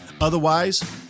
Otherwise